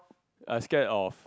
I scared of